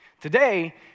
Today